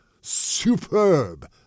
Superb